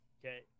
Okay